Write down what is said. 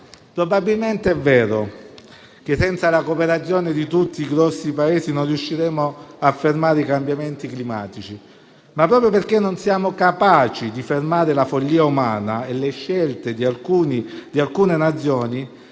Probabilmente è vero che senza la cooperazione di tutti i grossi Paesi non riusciremo a fermare i cambiamenti climatici. Ma proprio perché non siamo capaci di fermare la follia umana e le scelte di alcune Nazioni,